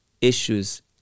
issues